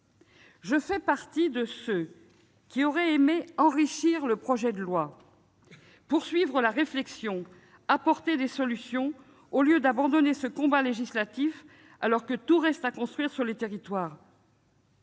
Je fais partie de ceux qui auraient aimé enrichir le projet de loi, poursuivre la réflexion, apporter des solutions, au lieu d'abandonner ce combat législatif alors que tout reste à construire sur les territoires.